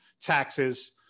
taxes